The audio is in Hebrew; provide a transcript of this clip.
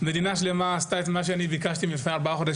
מדינה שלמה עשתה מה שביקשתי לפני ארבעה חודשים,